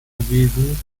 gewesen